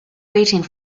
waiting